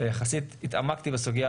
יחסית התעמקתי בסוגייה.